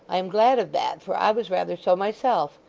i am glad of that, for i was rather so myself.